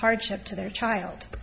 hardship to their child